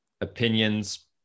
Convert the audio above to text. opinions